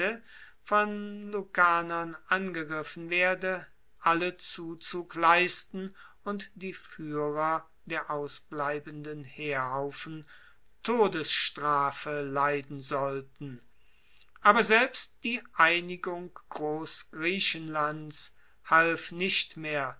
von lucanern angegriffen werde alle zuzug leisten und die fuehrer der ausbleibenden heerhaufen todesstrafe leiden sollten aber selbst die einigung grossgriechenlands half nicht mehr